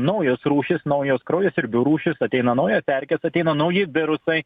naujos rūšys naujos kraujasiurbių rūšys ateina naujos erkės ateina nauji virusai